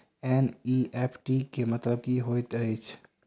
NEFT केँ मतलब की होइत अछि?